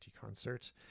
concert